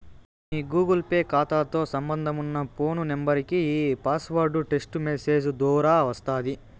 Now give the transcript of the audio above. మీ Google Pay కాతాతో సంబంధమున్న phone నెంబరికి ఈ పాస్వార్డు టెస్టు మెసేజ్ దోరా వస్తాది